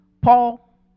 Paul